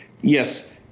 yes